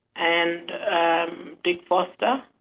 and dick foster,